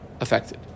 affected